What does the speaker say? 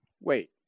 Wait